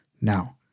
Now